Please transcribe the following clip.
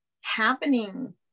happening